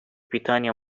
питания